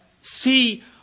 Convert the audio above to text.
see